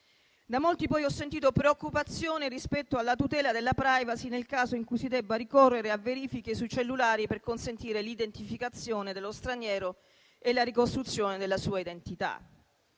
Da molti, poi, ho sentito preoccupazione rispetto alla tutela della *privacy* nel caso in cui si debba ricorrere a verifiche sui cellulari per consentire l'identificazione dello straniero e la ricostruzione della sua identità;